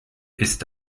ist